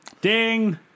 ding